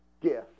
gift